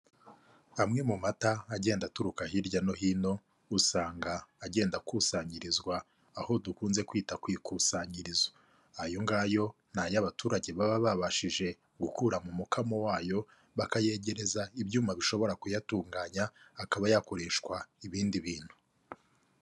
Amwe mu mata agenda aturuka hirya no hino, usanga agenda akusanyirizwa aho dukunze kwita ku ikusanyirizo, ayo ngayo ni ayo abaturage baba babashije gukura mu mukamo wayo, bakayegereza ibyuma bishobora kuyatunganya akaba yakoreshwa ibindi bintu.